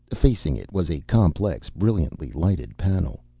facing it was a complex, brilliantly lighted panel.